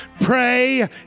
pray